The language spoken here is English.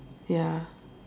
ya